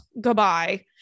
goodbye